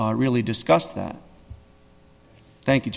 to really discuss that thank you